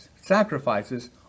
sacrifices